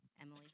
Emily